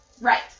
Right